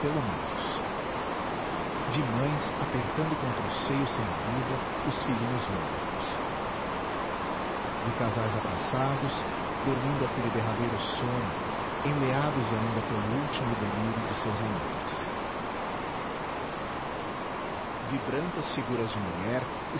menos vi mães apertando contra o seio sem vida os filhinhos mortos vi casais abraçados dormindo aquele derradeiro sono enleados ainda pelo último delírio de seus amores vi brancas figuras de mulher